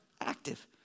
Active